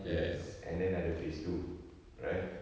yes and then ada phase two right